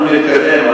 אנחנו נתקדם.